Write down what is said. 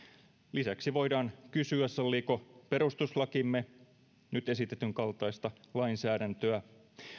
lisäksi voidaan kysyä salliiko perustuslakimme nyt esitetyn kaltaista lainsäädäntöä